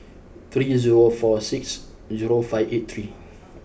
three zero four six zero five eight three